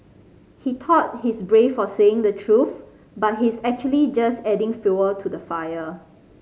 he thought he's brave for saying the truth but he's actually just adding fuel to the fire